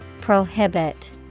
Prohibit